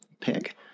pick